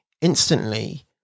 instantly